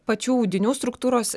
pačių audinių struktūros